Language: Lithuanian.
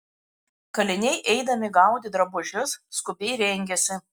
kaliniai eidami gaudė drabužius skubiai rengėsi